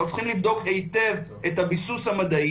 אנחנו צריכים לבדוק היטב את הביסוס המדעי